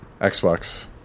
Xbox